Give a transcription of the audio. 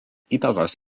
įtakos